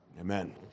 Amen